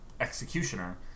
Executioner